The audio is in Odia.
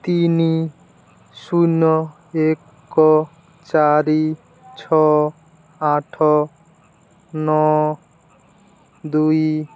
ତିନି ଶୂନ ଏକ ଚାରି ଛଅ ଆଠ ନଅ ଦୁଇ